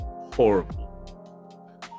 horrible